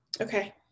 Okay